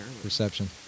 Perception